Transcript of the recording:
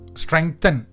strengthen